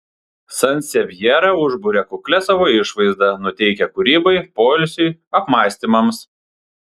sansevjera užburia kuklia savo išvaizda nuteikia kūrybai poilsiui apmąstymams